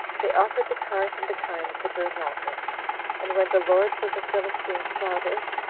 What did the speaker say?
they offered the cart and the kine as a burnt-offering and when the lords of the philistines saw this,